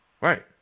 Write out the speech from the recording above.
Right